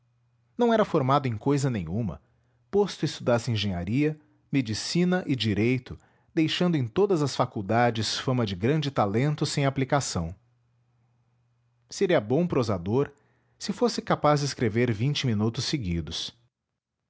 não era formado em cousa nenhuma posto estudasse engenharia medicina e direito deixando em todas as faculdades fama de grande talento sem aplicação seria bom prosador se fosse capaz de escrever vinte minutos seguidos